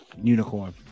Unicorn